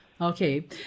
Okay